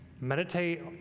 Meditate